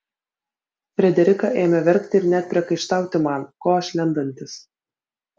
frederika ėmė verkti ir net priekaištauti man ko aš lendantis